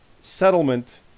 settlement